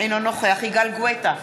אינו נוכח יגאל גואטה,